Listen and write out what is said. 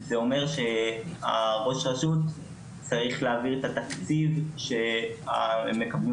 שראש הרשות צריך להעביר את התקציב שמקבלים